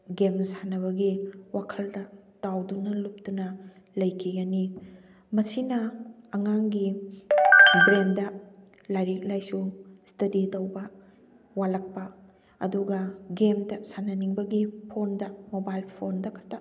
game ꯁꯥꯟꯅꯕꯒꯤ ꯋꯥꯈꯜꯗ ꯇꯥꯎꯗꯨꯅ ꯂꯨꯞꯇꯨꯅ ꯂꯩꯈꯤꯒꯅꯤ ꯃꯁꯤꯅ ꯑꯉꯥꯡꯒꯤ ꯕ꯭ꯔꯦꯟꯗ ꯂꯥꯏꯔꯤꯛ ꯂꯥꯏꯁꯨ ꯁ꯭ꯇꯗꯤ ꯇꯧꯕ ꯋꯥꯠꯂꯛꯄ ꯑꯗꯨꯒ ꯒꯦꯝꯇ ꯁꯥꯟꯅꯅꯤꯡꯕꯒꯤ ꯐꯣꯟꯗ ꯃꯣꯕꯥꯏꯜ ꯐꯣꯟꯗ ꯈꯛꯇ